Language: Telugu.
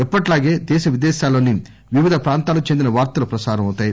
ఎప్పటిలాగే దేశ విదేశాల్లోని వివిధ ప్రాంతాలకు చెందిన వార్తలు ప్రసారమౌతాయి